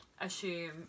assume